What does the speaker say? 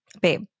Babe